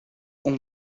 ont